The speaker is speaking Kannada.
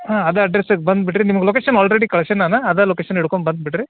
ಹಾಂ ಅದೇ ಅಡ್ರೆಸ್ಸಿಗೆ ಬಂದುಬಿಡ್ರಿ ನಿಮ್ಗೆ ಲೊಕೇಶನ್ ಆಲ್ರೆಡಿ ಕಳ್ಸಿನಿ ನಾನು ಅದೇ ಲೊಕೇಶನ್ ಹಿಡ್ಕೊಂಡ್ಬಂದ್ಬಿಡ್ರಿ